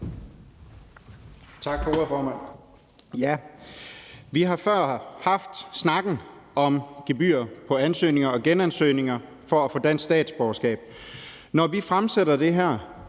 Vi har før haft snakken om gebyrer på ansøgninger og genansøgninger om at få dansk statsborgerskab. Når vi fremsætter det her